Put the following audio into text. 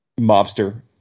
mobster